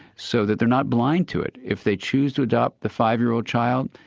so that they're not blind to it. if they choose to adopt the five-year-old child,